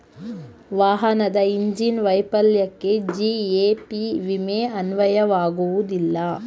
ವಾಹನದ ಇಂಜಿನ್ ವೈಫಲ್ಯಕ್ಕೆ ಜಿ.ಎ.ಪಿ ವಿಮೆ ಅನ್ವಯವಾಗುವುದಿಲ್ಲ